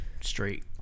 straight